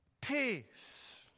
peace